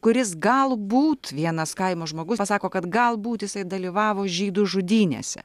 kuris galbūt vienas kaimo žmogus pasako kad galbūt jisai dalyvavo žydų žudynėse